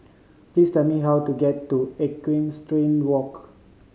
please tell me how to get to Equestrian Walk